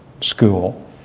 school